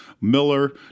Miller